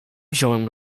wziąłem